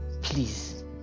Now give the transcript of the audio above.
Please